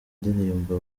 ndirimbo